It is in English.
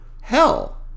hell